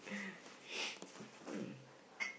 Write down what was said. um